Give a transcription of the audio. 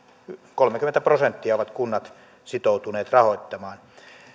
kolmekymmentä prosenttia ovat kunnat sitoutuneet rahoittamaan